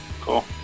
Cool